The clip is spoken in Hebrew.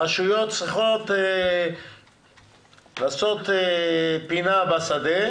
הרשויות צריכות לעשות פינה בשדה